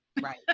Right